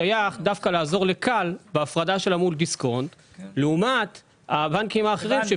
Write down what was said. שייך דווקא לעזור ל-כאל בהפרדה שלה מול דיסקונט לעומת הבנקים האחרים.